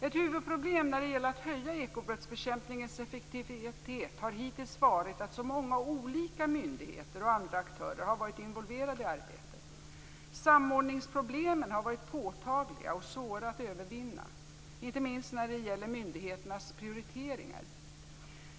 Ett huvudproblem när det gäller att höja ekobrottsbekämpningens effektivitet har hittills varit att så många olika myndigheter och andra aktörer har varit involverade i arbetet. Samordningsproblemen har varit påtagliga och svåra att övervinna, inte minst när det gäller myndigheternas prioriteringar.